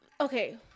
okay